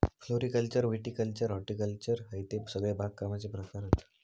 floriculture viticulture horticulture हयते सगळे बागकामाचे प्रकार हत